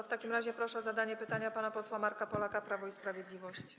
W takim razie proszę o zadanie pytania pana posła Marka Polaka, Prawo i Sprawiedliwość.